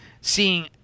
seeing